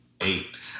eight